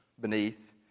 beneath